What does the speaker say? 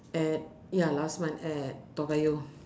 at ya last month at toa payoh